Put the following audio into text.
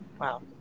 Wow